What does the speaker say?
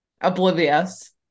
oblivious